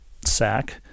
sack